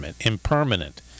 Impermanent